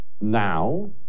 Now